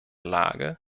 lage